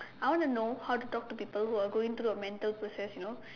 I wanna know how to talk to people who are going through a mental process you know